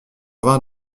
vain